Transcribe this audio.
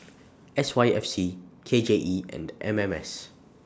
S Y F C K J E and M M S